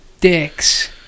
dicks